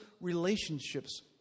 relationships